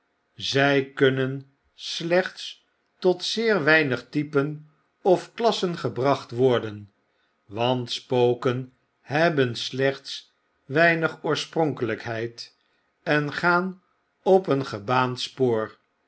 zy kunnen slechts tot zeer weinig typen of klassen gebracht worden want spoken hebben slechts weinig oorspronkelykheid en gaan op een gebaand spoor